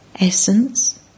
Essence